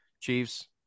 Chiefs